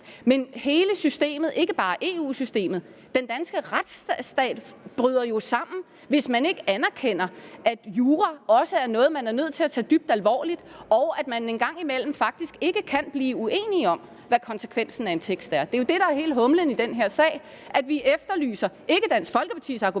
sag. Hele systemet, ikke bare EU-systemet, men den danske retsstat bryder jo sammen, hvis man ikke anerkender, at jura også er noget, man er nødt til at tage dybt alvorligt, og at man en gang imellem faktisk ikke kan blive uenig om, hvad konsekvensen af en tekst er. Det er jo det, der er hele humlen i den her sag, nemlig at vi efterlyser argumenter, ikke Dansk Folkepartis argumenter,